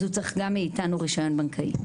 אז הוא צריך גם מאיתנו רישיון בנקאי.